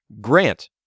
Grant